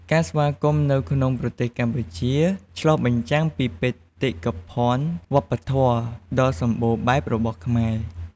ការស្វាគមន៍នៅក្នុងប្រទេសកម្ពុជា ឆ្លុះបញ្ចាំងពីបេតិកភណ្ឌវប្បធម៌ដ៏សម្បូរបែបរបស់ខ្មែរ។